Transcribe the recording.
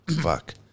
Fuck